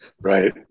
Right